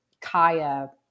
Kaya